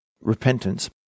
repentance